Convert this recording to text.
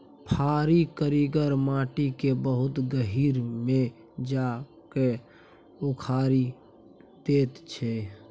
फारी करगर माटि केँ बहुत गहींर मे जा कए उखारि दैत छै